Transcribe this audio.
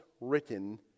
written